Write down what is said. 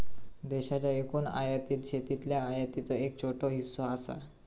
देशाच्या एकूण आयातीत शेतीतल्या आयातीचो एक छोटो हिस्सो असा